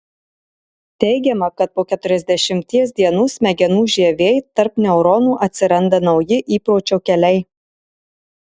teigiama kad po keturiasdešimties dienų smegenų žievėj tarp neuronų atsiranda nauji įpročio keliai